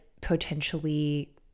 potentially